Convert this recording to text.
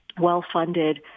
well-funded